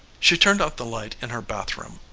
she turned out the light in her bathroom,